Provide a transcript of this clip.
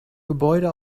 gebäude